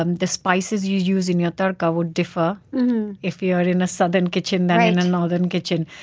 um the spices you use in your tadka will differ if you are in a southern kitchen than in a northern kitchen.